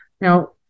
now